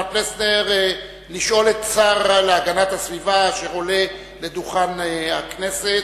לשאול את השר להגנת הסביבה, שעולה לדוכן הכנסת,